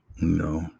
No